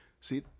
See